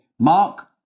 Mark